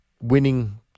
winning